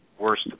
worst